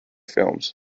films